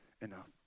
enough